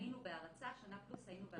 היינו בהרצה שנה פלוס.